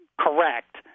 correct